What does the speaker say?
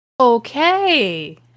okay